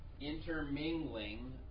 intermingling